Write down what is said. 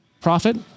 profit